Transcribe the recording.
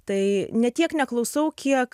tai ne tiek neklausau kiek